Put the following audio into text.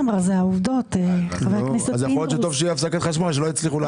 אנחנו נמצאים איתם בדין ודברים שוטף מהרגע הראשון,